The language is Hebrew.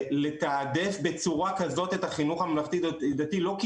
לתעדף בצורה כזאת את החינוך הממלכתי דתי לא כי